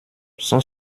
son